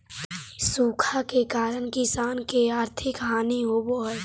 सूखा के कारण किसान के आर्थिक हानि होवऽ हइ